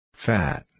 Fat